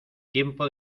tiempo